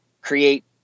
create